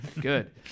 good